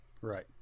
Right